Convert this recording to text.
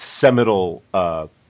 seminal